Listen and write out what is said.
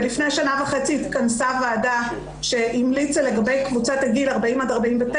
ולפני שנה וחצי התכנסה ועדה שהמליצה לגבי קבוצת הגיל 40 עד 49,